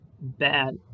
bad